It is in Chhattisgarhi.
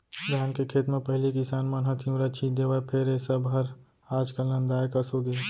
धान के खेत म पहिली किसान मन ह तिंवरा छींच देवय फेर ए सब हर आज काल नंदाए कस होगे हे